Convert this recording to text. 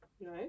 no